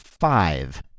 Five